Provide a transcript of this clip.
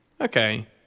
Okay